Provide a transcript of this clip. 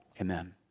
Amen